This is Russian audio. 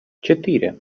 четыре